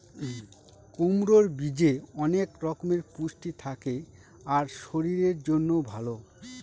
কুমড়োর বীজে অনেক রকমের পুষ্টি থাকে আর শরীরের জন্যও ভালো